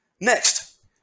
Next